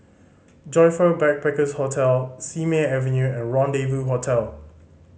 Joyfor Backpackers' Hostel Simei Avenue and Rendezvous Hotel